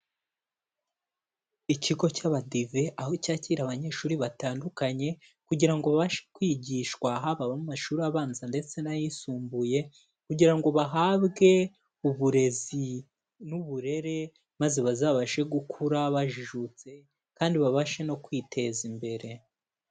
Ikigo cy'abadive aho cyakira abanyeshuri batandukanye kugira ngo babashe kwigishwa, haba abo mu mashuri abanza ndetse n'ayisumbuye kugira ngo bahabwe uburezi n'uburere maze bazabashe gukura bajijutse kandi babashe no kwiteza imbere.